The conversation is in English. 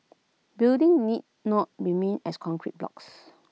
building need not remain as concrete blocks